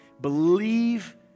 believe